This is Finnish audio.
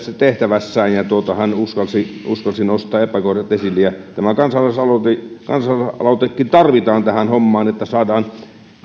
tehtävässään ja hän uskalsi nostaa epäkohdat esille tämä kansalaisaloitekin tarvitaan tähän hommaan että saadaan